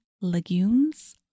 Legumes